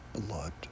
blood